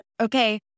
okay